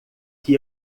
que